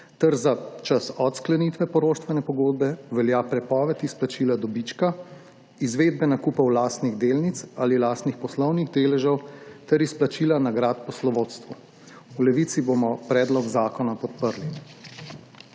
ter za čas od sklenitve poroštvene pogodbe velja prepoved izplačila dobička, izvedbe nakupov lastnih delnic ali lastnih poslovnih deležev ter izplačila nagrad poslovodstvu. V Levici bomo predlog zakona podprli.